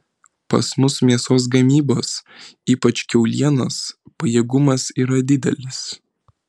pas mus mėsos gamybos ypač kiaulienos pajėgumas yra didelis